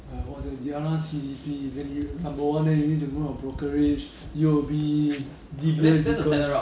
err what's that the other one C_D_P then you number one then you need to know on brokerage U_O_B D bay broker